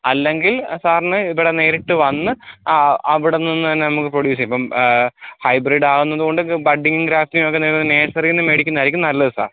അല്ലെങ്കിൽ സാറിന് ഇവിടെ നേരിട്ട് വന്ന് അവിടെ നിന്ന് തന്നെ നമുക്ക് പ്രൊഡ്യൂസ് ചെയ്യാം ഇപ്പം ഹൈബ്രിഡ് ആവുന്നതുകൊണ്ട് നിങ്ങൾക്ക് ബഡ്ഡിംഗ് ഗ്രാഫ്റ്റിങ് ഒക്കെ നിങ്ങൾക്ക് നേഴ്സറിയിൽ നിന്നും മേടിക്കുന്നതായിരിക്കും നല്ലത് സാർ